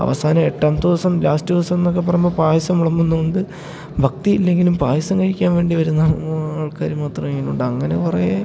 അവസാനം എട്ടാമത്തെ ദിവസം ലാസ്റ്റ് ദിവസം എന്നൊക്കെ പറയുമ്പോൾ പായസം വിളമ്പുന്നതുകൊണ്ട് ഭക്തി ഇല്ലെങ്കിലും പായസം കഴിക്കാൻ വേണ്ടി വരുന്ന ആൾക്കാർ മാത്രമതിനുണ്ട് അങ്ങനെ കുറേ